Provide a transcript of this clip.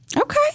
Okay